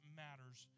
matters